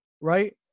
right